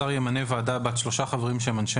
השר ימנה ועדה בת שלושה חברים שהם אנשי